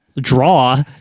draw